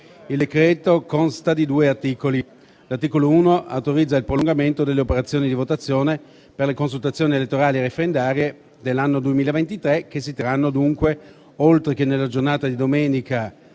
Il decreto consta di due articoli. L'articolo 1 autorizza il prolungamento delle operazioni di votazione per le consultazioni elettorali e referendarie dell'anno 2023, che si terranno dunque, oltre che nella giornata di domenica,